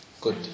good